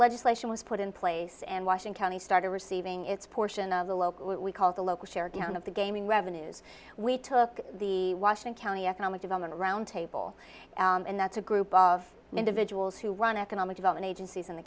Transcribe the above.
legislation was put in place and washing county started receiving its portion of the local what we call the local share down of the gaming revenues we took the washing county economic development roundtable and that's a group of individuals who run economic development agencies in the